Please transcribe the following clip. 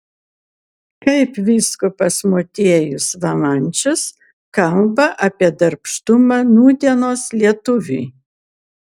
kaip vyskupas motiejus valančius kalba apie darbštumą nūdienos lietuviui